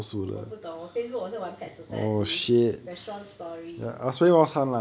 我不懂我 facebook 我是玩 pet society restaurant story